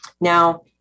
Now